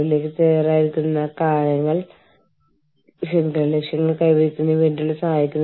പക്ഷേ നമ്മളുടെ പക്കലുള്ള സങ്കീർണ്ണ വിവരങ്ങളുടെ അളവുകൾ കൈകാര്യം ചെയ്യുന്നതിൽ അവ ഒരു പ്രധാന ഉപകരണമായി മാറിയിരിക്കുന്നു